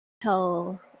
tell